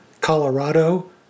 Colorado